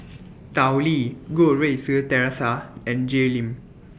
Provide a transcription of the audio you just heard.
Tao Li Goh Rui Si Theresa and Jay Lim